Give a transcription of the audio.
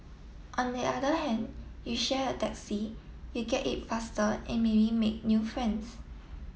on the other hand you share a taxi you get it faster and maybe make new friends